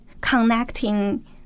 connecting